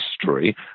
history